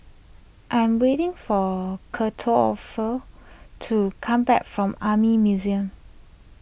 I am waiting for kettle offer to come back from Army Museum